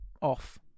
off